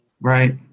Right